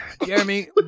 Jeremy